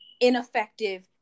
ineffective